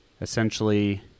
essentially